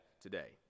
today